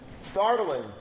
startling